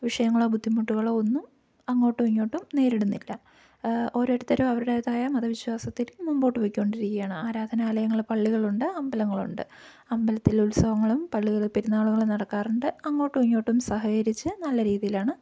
വിഷയങ്ങളോ ബുദ്ധിമുട്ടുകളോ ഒന്നും അങ്ങോട്ടും ഇങ്ങോട്ടും നേരിടുന്നില്ല ഓരോരുത്തരും അവരുടേതായ മതവിശ്വാസത്തിൽ മുമ്പോട്ട് പൊയ്ക്കോണ്ടിരിക്കയാണ് ആരാധനാലയങ്ങൾ പള്ളികളുണ്ട് അമ്പലങ്ങളുണ്ട് അമ്പലത്തിൽ ഉത്സവങ്ങളും പള്ളികളിൽ പെരുന്നാളുകളും നടക്കാറുണ്ട് അങ്ങോട്ടും ഇങ്ങോട്ടും സഹകരിച്ച് നല്ല രീതിയിലാണ്